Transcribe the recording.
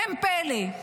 אין פלא.